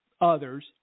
Others